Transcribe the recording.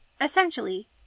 Essentially